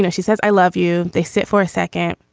yeah she says, i love you. they sit for a second.